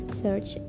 search